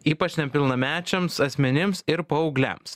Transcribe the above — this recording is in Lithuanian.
ypač nepilnamečiams asmenims ir paaugliams